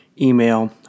email